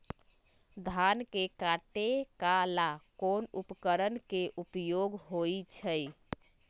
धान के काटे का ला कोंन उपकरण के उपयोग होइ छइ?